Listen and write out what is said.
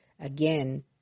again